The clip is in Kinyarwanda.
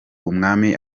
umwami